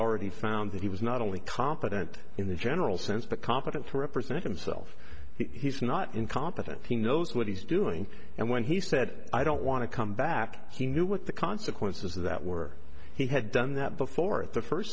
already found that he was not only competent in the general sense but competent to represent himself he's not incompetent he knows what he's doing and when he said i don't want to come back he knew what the consequences of that were he had done that before at the first